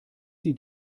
die